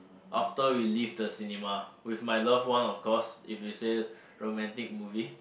after we leave the cinema with my love one of course if you say romantic movie